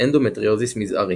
- אנדומטריוזיס מזערי